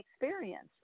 experience